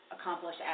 accomplish